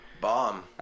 Bomb